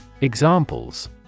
Examples